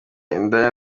indaya